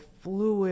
fluid